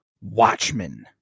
Watchmen